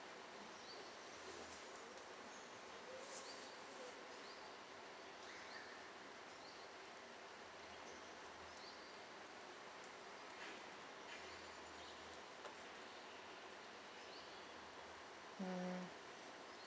mm